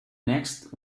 next